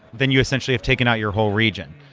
then you essentially have taken out your whole region.